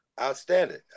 Outstanding